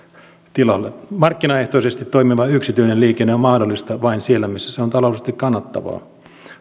tilalle markkinaehtoisesti toimiva yksityinen liikenne on mahdollinen vain siellä missä se on taloudellisesti kannattavaa